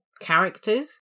characters